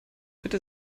bitte